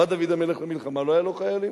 בא דוד המלך למלחמה, לא היו לו חיילים,